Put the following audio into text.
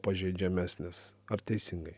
pažeidžiamesnis ar teisingai